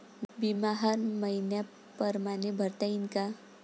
बिमा हर मइन्या परमाने भरता येऊन का?